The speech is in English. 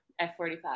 F45